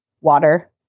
water